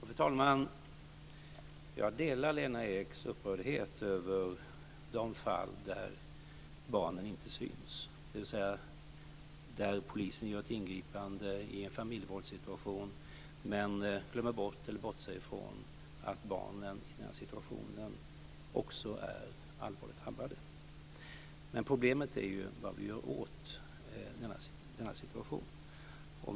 Fru talman! Jag delar Lena Eks upprördhet över de fall där barnen inte syns, dvs. i familjevåldssituationer där polisen gör ingripanden men glömmer bort eller bortser från att också barnen i sådana situationer är allvarligt drabbade. Men problemet är vad vi ska göra åt denna situation.